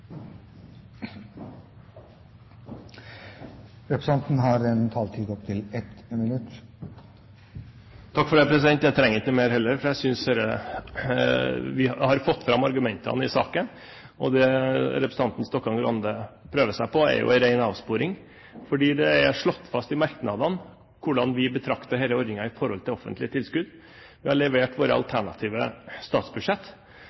Representanten Øyvind Håbrekke har hatt ordet to ganger tidligere og får ordet til en kort merknad, begrenset til 1 minutt. Takk for det, president, jeg trenger heller ikke mer, for jeg synes vi har fått fram argumentene i saken. Det representanten Stokkan-Grande prøver seg på, er jo en ren avsporing, for det er slått fast i merknadene hvordan vi betrakter denne ordningen i forhold til offentlige tilskudd. Vi har levert våre